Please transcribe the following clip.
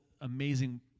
amazing